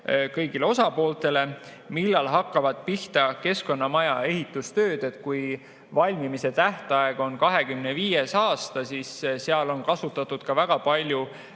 kõigile osapooltele. Millal hakkavad pihta Keskkonnamaja ehitustööd? Valmimise tähtaeg on 2025. aasta ja seal on kasutatud väga palju